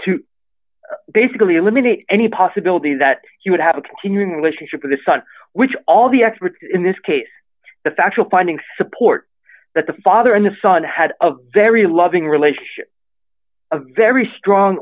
to basically eliminate any possibility that he would have a continuing relationship with his son which all the experts in this case the factual finding support that the father and the son had a very loving relationship a very strong